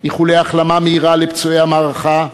איחולי החלמה מהירה לפצועי המערכה,